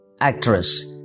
actress